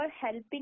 helping